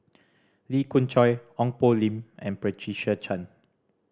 Lee Khoon Choy Ong Poh Lim and Patricia Chan